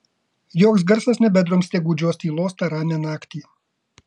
joks garsas nebedrumstė gūdžios tylos tą ramią naktį